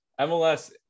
MLS